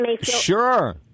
Sure